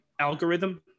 algorithm